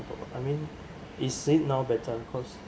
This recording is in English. I mean is it now better cause